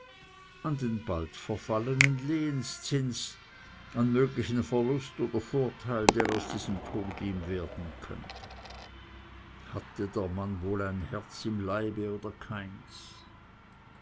an den bald verfallenen lehenzins an möglichen verlust oder vorteil der aus diesem tod ihm werden könnte hatte der mann wohl ein herz im leibe oder keins